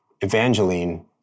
Evangeline